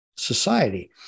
Society